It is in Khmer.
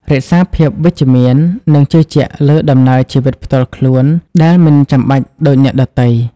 រក្សាភាពវិជ្ជមាន និងជឿជាក់លើដំណើរជីវិតផ្ទាល់ខ្លួនដែលមិនចាំបាច់ដូចអ្នកដទៃ។